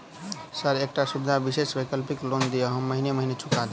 Sir एकटा सुविधा विशेष वैकल्पिक लोन दिऽ हम महीने महीने चुका देब?